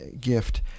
gift